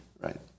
right